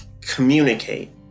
communicate